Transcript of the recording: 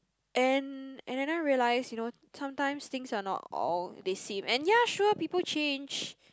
and and I then realise you know sometimes things are not all they seem and ya sure people change